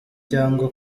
cyangwa